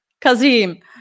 Kazim